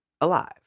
alive